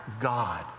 God